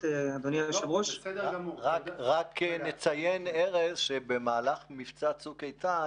רק נציין, ארז, שבמהלך מבצע צוק איתן